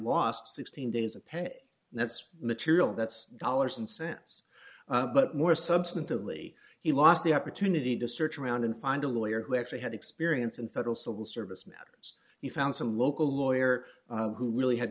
lost sixteen days of pay and that's material that's collars and sense but more substantively he lost the opportunity to search around and find a lawyer who actually had experience in federal civil service matters you found some local lawyer who really had